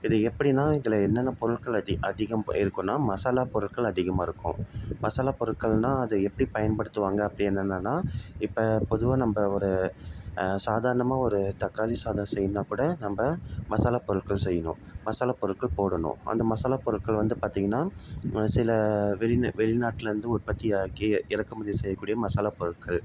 இது எப்படின்னா இதில் என்னென்ன பொருட்கள் அதிக அதிகம் இருக்கும்னால் மசாலா பொருட்கள் அதிகமாக இருக்கும் மசாலா பொருட்கள்னால் அது எப்படி பயன்படுத்துவாங்க அப்படி என்னென்னன்னால் இப்போ பொதுவாக நம்ம ஒரு சாதாரணமாக ஒரு தக்காளி சாதம் செய்யணுனால் கூட நம்ம மசாலா பொருட்கள் செய்யணும் மசாலா பொருட்கள் போடணும் அந்த மசாலா பொருட்கள் வந்து பார்த்திங்கன்னா சில வெளி வெளிநாட்டில் இருந்து உற்பத்தி ஆகி இறக்குமதி செய்யக்கூடிய மசாலா பொருட்கள்